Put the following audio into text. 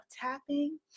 tapping